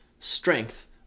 strength